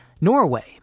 Norway